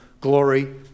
glory